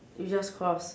you just cross